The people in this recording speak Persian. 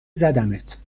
زدمت